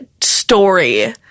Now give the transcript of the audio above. story